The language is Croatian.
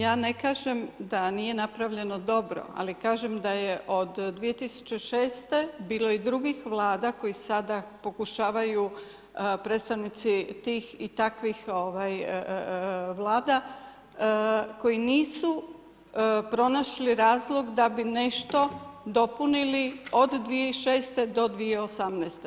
Ja ne kažem da nije napravljeno dobro ali kažem da je od 2006. bilo i drugih Vlada koji sada pokušavaju predstavnici tih i takvih Vlada koji nisu pronašli razlog da bi nešto dopunili od 2006. do 2018.